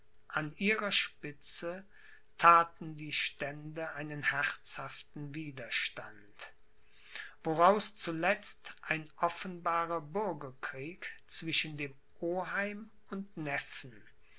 an ihrer spitze thaten die stände einen herzhaften widerstand woraus zuletzt ein offenbarer bürgerkrieg zwischen dem oheim und neffen